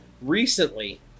Recently